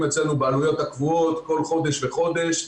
אצלנו בעלויות הקבועות כל חודש בחודש,